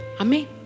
Amen